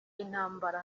intambara